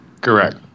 Correct